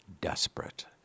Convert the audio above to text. desperate